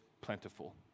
plentiful